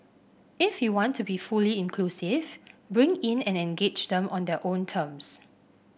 if you want to be fully inclusive bring in and engage them on their own terms